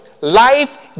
life